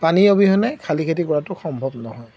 পানী অবিহনে খালী খেতি কৰাটো সম্ভৱ নহয়